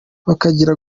bakagira